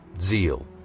zeal